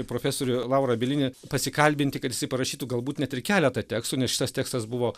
profesorių laura bielinį pasikalbinti kad jisai parašytų galbūt net ir keletą tekstų nes šitas tekstas buvo